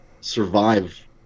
survive